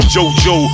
Jojo